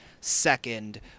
second